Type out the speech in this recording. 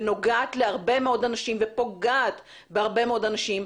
ונוגעת להרבה מאוד אנשים ופוגעת בהרבה מאוד אנשים,